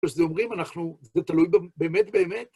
כשזה אומרים, אנחנו, זה תלוי באמת-באמת.